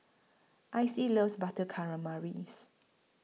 Icey loves Butter Calamaris